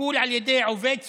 וטיפול על ידי עובד סוציאלי,